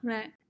Right